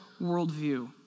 worldview